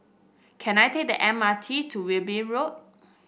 can I take the M R T to Wilby Road